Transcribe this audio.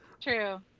True